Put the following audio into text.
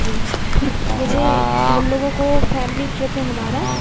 जी मुझे हम लोगों को फैमिली ट्रिप है हमारा